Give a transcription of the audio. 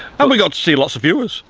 and we got to see lots of viewers.